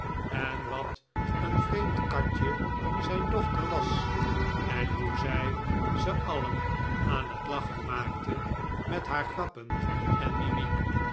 en wat een vreemd katje zijn dochter was en hoe zij ze alien aan het lachen maakte met haar grappen en mimiek